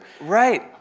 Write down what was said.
Right